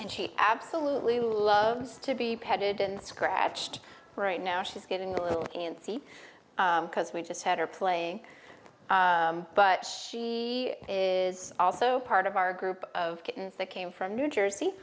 and she absolutely loves to be petted in the scratched right now she's getting a little antsy because we just had her play but she is also part of our group of kittens that came from new jersey